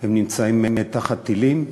הם נמצאים תחת טילים,